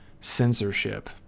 censorship